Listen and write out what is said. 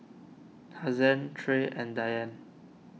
Hazen Trey and Diann